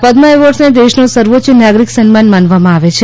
પદ્મ એવોર્ડ્સને દેશનો સર્વોચ્ય નાગરિક સન્માન માનવામાં આવે છે